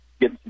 Get